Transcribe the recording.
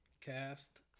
cast